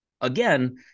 Again